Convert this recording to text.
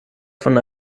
von